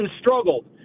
struggled